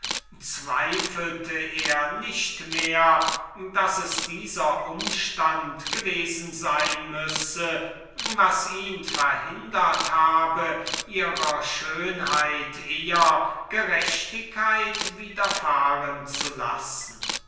zweifelte er nicht mehr daß es dieser umstand gewesen sein müsse was ihn verhindert habe ihrer schönheit eher gerechtigkeit widerfahren zu lassen